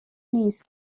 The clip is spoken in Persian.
نیست